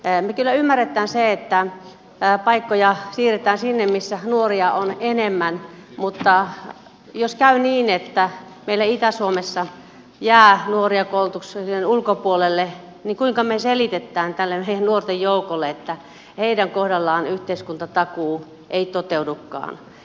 me kyllä ymmärrämme sen että paikkoja siirretään sinne missä nuoria on enemmän mutta jos käy niin että meillä itä suomessa jää nuoria koulutuksen ulkopuolelle kuinka me selitämme tälle nuorten joukolle että heidän kohdallaan yhteiskuntatakuu ei toteudukaan